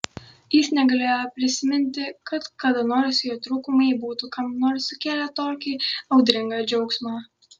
jis negalėjo prisiminti kad kada nors jo trūkumai būtų kam nors sukėlę tokį audringą džiaugsmą